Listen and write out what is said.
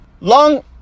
Long